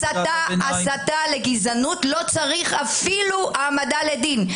הסתה לגזענות לא צריך אפילו העמדה לדין.